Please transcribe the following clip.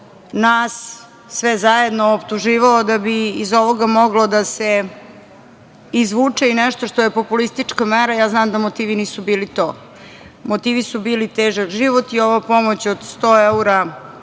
nas sve zajedno optuživao da bi iz ovoga moglo da se izvuče i nešto što je populistička mera, ja znam da motivi nisu bili to. Motivi su bili težak život i ova pomoć od 100 evra